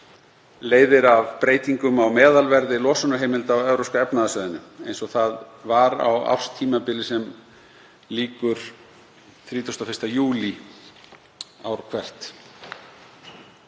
leiðir af breytingum á meðalverði losunarheimilda á Evrópska efnahagssvæðinu eins og það var á árstímabili sem lýkur 31. júlí ár hvert.